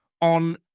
on